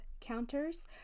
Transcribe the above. counters